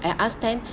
and ask them